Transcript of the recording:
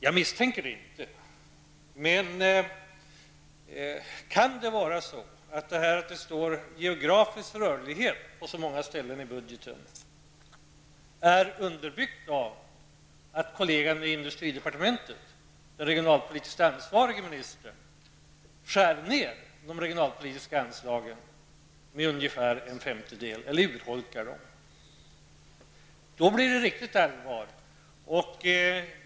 Jag misstänker inte att det är så, men kan det vara så att det faktum att det på så många ställen i budgeten står ''geografisk rörlighet'' kommer sig av att kollegan i industridepartementet, den regionalpolitiskt ansvarige ministern, skär ner de regionalpolitiska anslagen med ungefär en femtedel eller urholkar dem? I så fall blir det riktigt allvarligt.